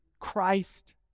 Christ